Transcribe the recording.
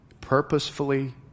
Purposefully